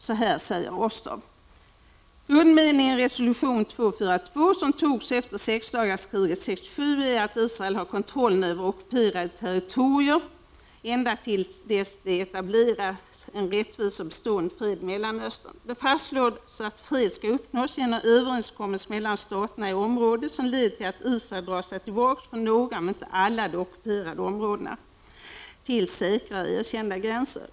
Så här säger Rostow i Commentary oktober 1989 s.24 Grundmeningen i resolution 242 som antogs efter sexdagarskriget 1967 är att Israel har kontrollen över ockuperade territorier ända till dess det etableras ”en rättvis och bestående fred i Mellanöstern”. Det fastslås att fred skall uppnås genom överenskommelser mellan staterna i området som leder till att Israel drar sig tillbaka från några men inte alla de ockuperade territorierna ”till säkra och erkända gränser”.